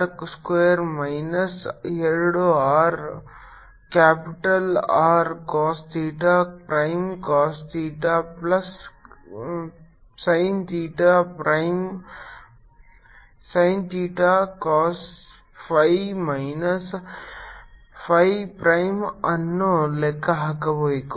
r square minus ಎರಡು r capital R cos theta prime cos theta plus sin theta prime sin theta cos phi minus phi prime ಅನ್ನು ಲೆಕ್ಕ ಹಾಕಬೇಕು